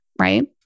Right